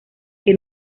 que